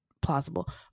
plausible